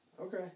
Okay